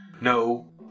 No